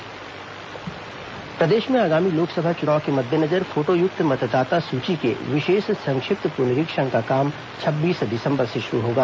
मतदाता सुची पुनरीक्षण प्रदेश में आगामी लोकसभा चुनाव के मद्देनजर फोटोयुक्त मतदाता सूची के विशेष संक्षिप्त पुनरीक्षण का काम आगामी छब्बीस दिसंबर से शुरू होगा